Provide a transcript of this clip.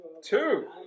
Two